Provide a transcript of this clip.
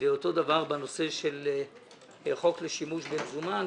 ואותו דבר בנושא של חוק לשימוש במזומן,